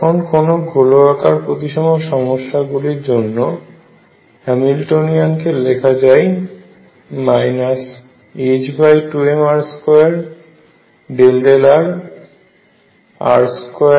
এখন কোন গোলাকার প্রতিসম সমস্যা গুলির জন্য হ্যামিল্টনিয়ান কে লেখা যায় 2mr2∂rr2∂rL22mr2Vr